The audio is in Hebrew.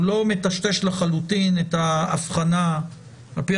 הוא לא מטשטש לחלוטין את האבחנה וזאת על פי